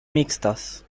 mixtas